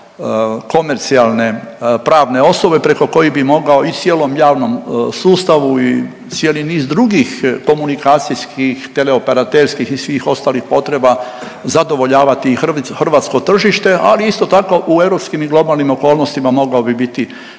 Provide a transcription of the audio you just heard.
komercijalne pravne osobe preko kojih bi mogao i cijelom javnom sustavu i cijeli niz drugih komunikacijskih, teleoperaterskih i svih ostalih potreba zadovoljavati i hrvatsko tržište ali isto u europskim i globalnim okolnostima mogao bih biti